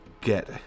get